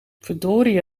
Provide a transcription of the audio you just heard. verdorie